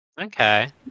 Okay